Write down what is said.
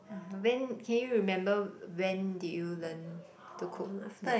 [uh huh] when can you remember when did you learn to cook that